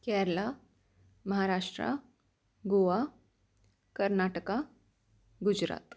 Kerala Maharashtra Goa Karnataka Gujarat